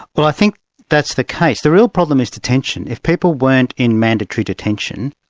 well i think that's the case. the real problem is detention. if people weren't in mandatory detention,